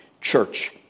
church